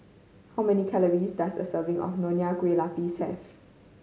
how many calories does a serving of Nonya Kueh Lapis have